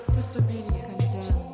disobedience